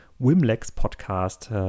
Wimlex-Podcast